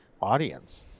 audience